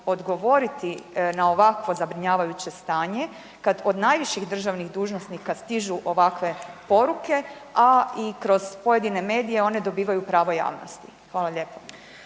odgovoriti na ovakvo zabrinjavajuće stanje kada od najviših državnih dužnosnika stižu ovakve poruke, a i kroz pojedine medije one dobivaju pravo javnosti. Hvala lijepo.